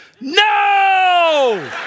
No